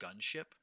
Gunship